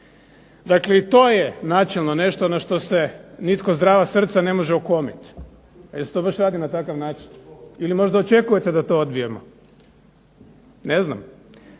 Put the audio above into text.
Dakle, i to je načelno nešto na što se nitko zdrava srca ne može okomit. A jel se to baš radi na takav način ili možda očekujete da to odbijemo, ne znam.